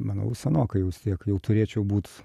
manau senokai jau vis tiek jau turėčiau būt